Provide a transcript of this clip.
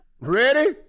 Ready